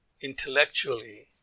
intellectually